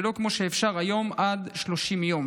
ולא כמו שאפשר היום עד ל-30 ימים.